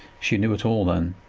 she knew it all, then,